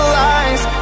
lies